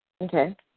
Okay